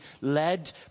led